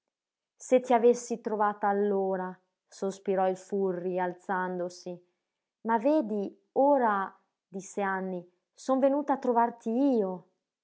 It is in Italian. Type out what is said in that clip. se ti avessi trovata allora sospirò il furri alzandosi ma vedi ora disse anny son venuta a trovarti io